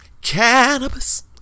cannabis